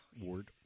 Ward